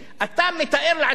אתה מתאר לעצמך,